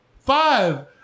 five